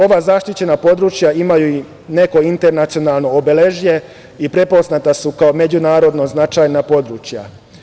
Ova zaštićena područja imaju i neko internacionalno obeležje i prepoznata su kao međunarodno značajna područja.